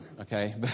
okay